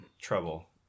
trouble